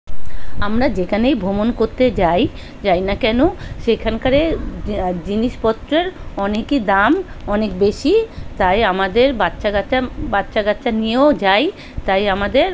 আমরা যেখানেই ভ্রমণ করতে যাই যাই না কেন সেখানকারে যা জিনিসপত্রের অনেকই দাম অনেক বেশি তাই আমাদের বাচ্চা গাচ্চা বাচ্চা কাচ্চা নিয়েও যাই তাই আমাদের